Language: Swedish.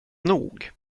nog